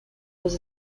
was